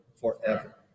forever